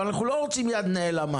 אנחנו לא רוצים יד נעלמה,